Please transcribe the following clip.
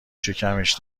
شکمش